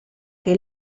che